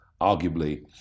Arguably